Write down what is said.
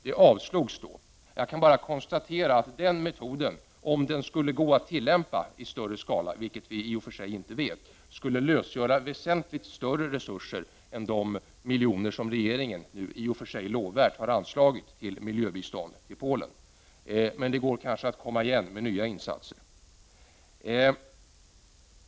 Det avslogs. Jag kan bara konstatera att den metoden — om den skulle gå att tillämpa i större skala, vilket vi i och för sig inte vet — skulle frigöra väsentligt större resurser än de miljoner som regeringen nu mycket lovvärt har anslagit till miljöbistånd till Polen. Men det går kanske att komma igen med nya insatser?